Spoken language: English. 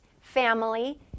family